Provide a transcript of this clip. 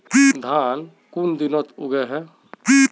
धान कुन दिनोत उगैहे